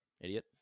Idiot